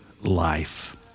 life